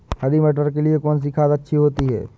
हरी मटर के लिए कौन सी खाद अच्छी होती है?